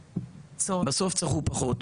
בסוף צרכו פחות.